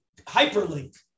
hyperlink